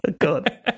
god